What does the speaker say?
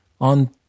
on